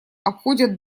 обходят